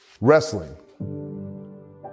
Wrestling